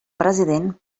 president